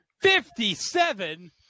Fifty-seven